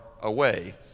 away